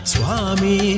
Swami